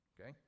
okay